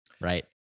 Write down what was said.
right